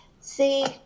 see